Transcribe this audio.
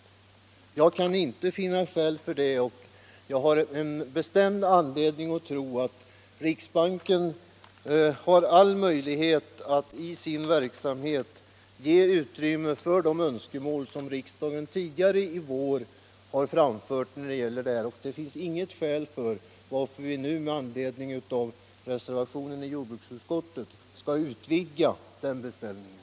Jag kan inte finna skäl för det. Jag har en bestämd anledning att tro att riksbanken har alla möjligheter att i sin verksamhet ge utrymme för de önskemål som riksdagen tidigare i vår framfört. Det finns inget skäl varför vi nu, med anledning av reservationen i jordbruksutskottet, skulle utvidga den beställningen.